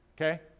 okay